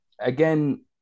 again